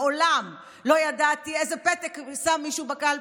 מעולם לא ידעתי איזה פתק שם מישהו בקלפי,